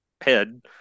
head